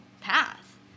path